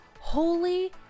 Holy